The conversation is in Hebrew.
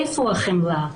איפה החמלה?